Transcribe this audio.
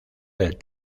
del